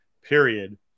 period